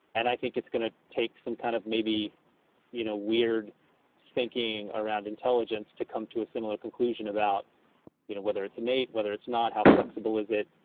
and i think it's going to take some kind of maybe you know weird thinking around intelligence to come to a similar conclusion about you know whether it's innate, whether it's not, how flexible is it?